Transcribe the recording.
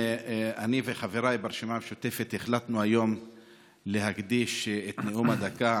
אני וחבריי ברשימה המשותפת החלטנו להקדיש את נאום הדקה